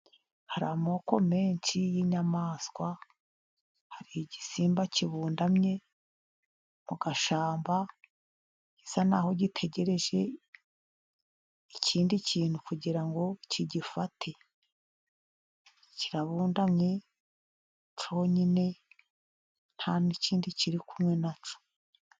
Hari amoko menshi y'inyamaswa, hari igisimba kibundamye mu gashyamba, gisa naho gitegereje ikindi kintu kugira ngo kigifate. Kirabundamye cyonyine nta n'ikindi kiri kumwe na cyo.